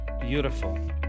beautiful